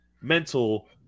mental